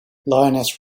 lioness